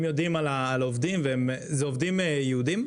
הם יודעים על עובדים כולם עובדים יהודים?